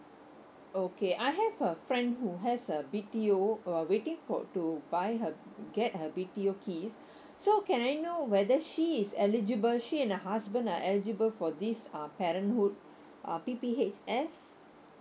okay I have a friend who has a B_T_O uh waiting for to buy her get her B_T_O keys so can I know whether she is eligible she and her husband are eligible for this uh parenthood uh P_P_H_S